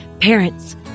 Parents